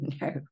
no